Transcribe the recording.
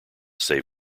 save